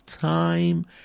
time